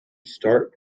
start